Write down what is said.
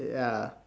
ya